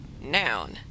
Noun